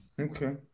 Okay